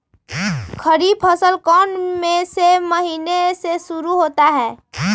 खरीफ फसल कौन में से महीने से शुरू होता है?